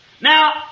Now